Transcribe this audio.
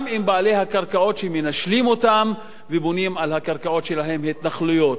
וגם עם בעלי הקרקעות שמנשלים אותם ובונים על הקרקעות שלהם התנחלויות.